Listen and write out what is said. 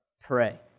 pray